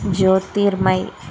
Jyotirmayi